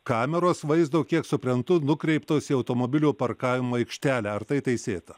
kameros vaizdo kiek suprantu nukreiptos į automobilių parkavimo aikštelę ar tai teisėta